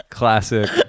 Classic